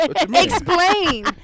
Explain